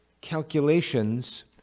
calculations